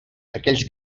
aquells